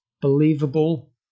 believable